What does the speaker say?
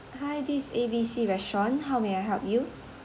hi this is A B C restaurant how may I help you